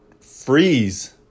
freeze